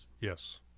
yes